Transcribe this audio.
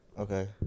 Okay